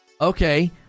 Okay